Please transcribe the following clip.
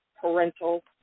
parental